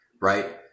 right